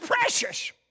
precious